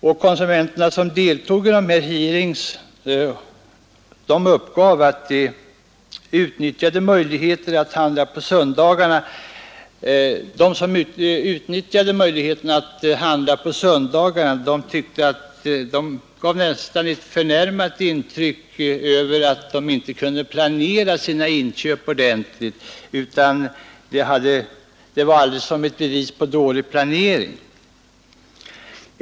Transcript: De konsumenter som deltog i dessa hearings och som uppgav att de utnyttjade möjligheterna att handla på söndagar gjorde nästan ett intryck av att vara förnärmade över att de inte kunde planera sina inköp ordentligt. Det var enligt dem ett bevis för dålig planering.